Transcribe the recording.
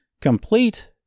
complete